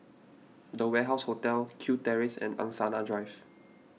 the Warehouse Hotel Kew Terrace and Angsana Drive